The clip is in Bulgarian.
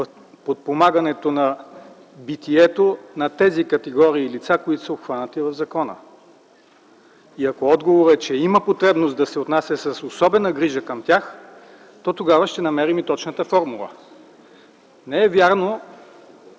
в подпомагането на битието на тези категории лица, които са обхванати от закона? И ако отговорът е, че има потребност да се отнася с особена грижа към тях, то тогава ще намерим и точната формула. Не е вярно,